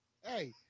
hey